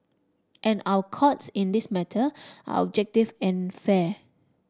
and our Courts in this matter are objective and fair